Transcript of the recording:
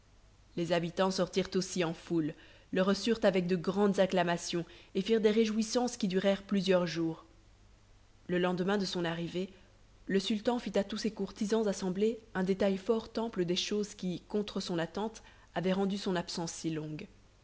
les habitants sortirent aussi en foule le reçurent avec de grandes acclamations et firent des réjouissances qui durèrent plusieurs jours le lendemain de son arrivée le sultan fit à tous ses courtisans assemblés un détail fort ample des choses qui contre son attente avaient rendu son absence si longue